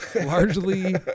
largely